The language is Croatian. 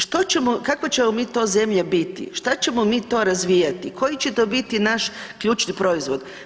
Što ćemo, kakva ćemo mi to zemlja biti, šta ćemo mi to razvijati, koji će to biti naš ključni proizvod?